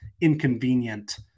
inconvenient